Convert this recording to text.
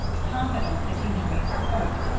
confident that he had made his point,